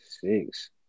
six